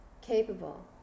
capable